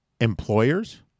employers